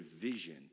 vision